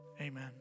Amen